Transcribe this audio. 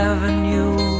Avenue